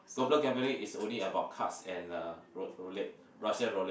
global gambling is only about cards and uh roulette Russia-roulette